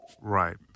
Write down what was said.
Right